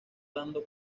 dando